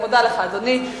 אני מודה לך, אדוני.